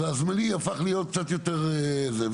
אז הזמני הפך להיות קצת יותר זה.